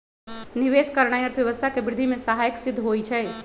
निवेश करनाइ अर्थव्यवस्था के वृद्धि में सहायक सिद्ध होइ छइ